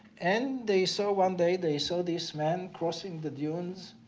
and they saw, one day, they saw this man crossing the dunes